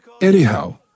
anyhow